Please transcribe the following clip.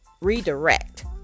redirect